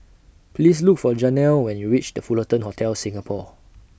Please Look For Janelle when YOU REACH The Fullerton Hotel Singapore